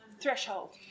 threshold